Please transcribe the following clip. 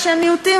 שהם מיעוטים,